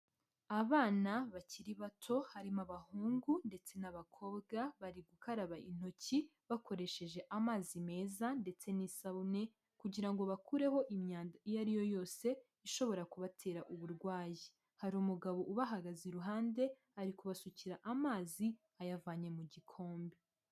Abana bakiri bato harimo abahungu ndetse n'abakobwa, bari gukaraba intoki bakoresheje amazi meza ndetse n'isabune kugira ngo bakureho imyanda iyo ari yo yose ishobora kubatera uburwayi, hari umugabo ubahagaze iruhande ari kubasukira amazi ayavanye mu gikombe.